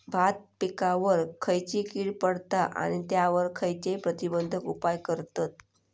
भात पिकांवर खैयची कीड पडता आणि त्यावर खैयचे प्रतिबंधक उपाय करतत?